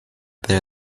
there